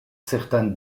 certaines